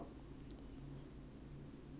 eh not bad not bad